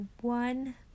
one